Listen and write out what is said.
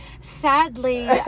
sadly